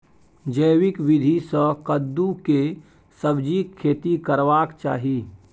जैविक विधी से कद्दु के सब्जीक खेती करबाक चाही?